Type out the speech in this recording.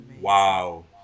wow